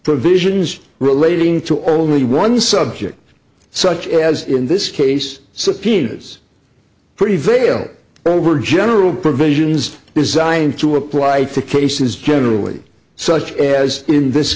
provisions relating to only one subject such as in this case subpoenas prevail over general provisions designed to apply to cases generally such as in this